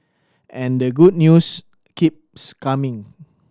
and the good news keeps coming